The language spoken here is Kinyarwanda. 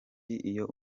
iyo